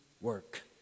work